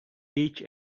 each